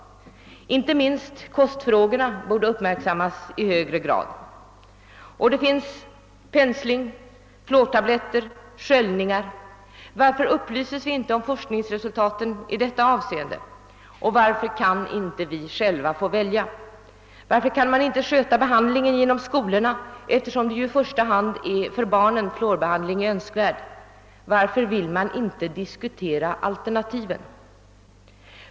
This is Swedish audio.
Inte minst kostfrågorna borde uppmärksammas i högre grad. Man kan använda sig av pensling och sköljningar, och det finns fluortabletter. Varför upplyses vi inte om forskningsresultaten i detta avseende och varför kan vi inte själva få välja? Varför kan man inte sköta behandlingen genom skolorna? Det är ju i första hand för barn som fluorbehandling är önskvärd. Varför vill man inte diskutera alternativen?